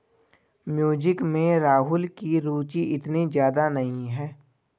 music में राहुल की रुचि इतनी ज्यादा नहीं है